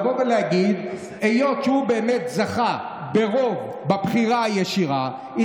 ולהגיד שהיות שהוא באמת זכה ברוב בבחירה הישירה הם